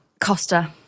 Costa